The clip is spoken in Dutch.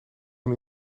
een